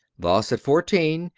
thus, at fourteen,